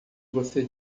você